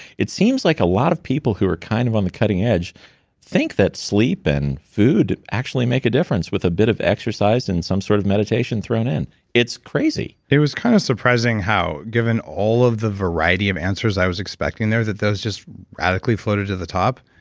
it seems like a lot of people who are kind of on the cutting edge think that sleep and food actually make a difference with a bit of exercise and some sort of meditation thrown in it's crazy it was kind of surprising how given all of the variety of answers i was expecting there those just radically floated to the top.